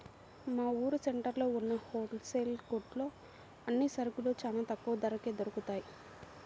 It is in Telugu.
మా ఊరు సెంటర్లో ఉన్న హోల్ సేల్ కొట్లో అన్ని సరుకులూ చానా తక్కువ ధరకే దొరుకుతయ్